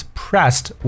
pressed